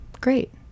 great